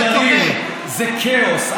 זה סגרים, זה כאוס.